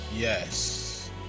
Yes